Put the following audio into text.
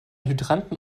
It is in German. hydranten